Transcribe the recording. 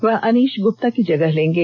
वह अनीश गुप्ता की जगह लेंगे